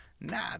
Nah